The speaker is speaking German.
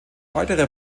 weitere